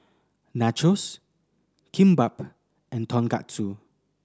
Nachos Kimbap and Tonkatsu